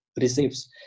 receives